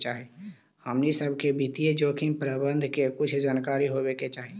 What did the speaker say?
हमनी सब के वित्तीय जोखिम प्रबंधन के कुछ जानकारी होवे के चाहि